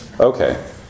Okay